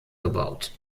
gebaut